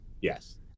Yes